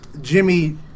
Jimmy